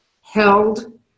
held